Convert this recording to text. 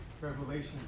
Revelation